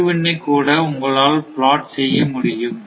அதிர்வெண்ணை கூட உங்களால் பிளாட் செய்ய முடியும்